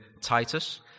Titus